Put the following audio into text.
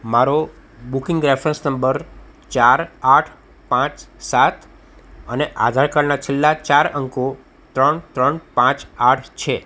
મારો booking reference number ચાર આઠ પાંચ સાત અને આધાર કાર્ડના છેલ્લા ચાર અંકો ત્રણ ત્રણ પાંચ આઠ છે